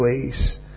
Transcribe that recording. place